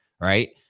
Right